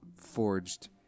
forged